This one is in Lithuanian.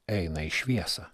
eina į šviesą